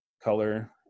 color